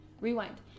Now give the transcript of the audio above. Rewind